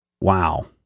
Wow